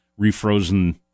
refrozen